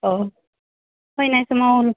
अ फायनाय समाव